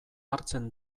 hartzen